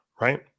right